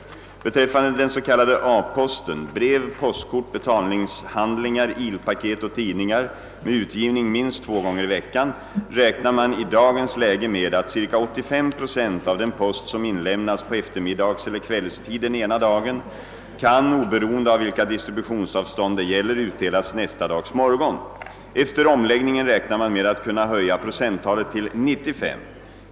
Beträffande den s.k. A-posten — brev, postkort, betalningshandlingar, ilpaket och tidningar med utgivning minst två gånger i veckan — räknar man i dagens läge med att ca 85 procent av den post som inlämnas på eftermiddagseller kvällstid den ena dagen kan, oberoende av vilka distributionsavstånd det gäller, utdelas nästa dags morgon. Efter omläggningen räknar man med att kunna höja procenttalet till 95.